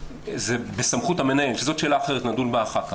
זה בסמכות המנהל, שזאת שאלה אחרת, נדון בה אחר כך.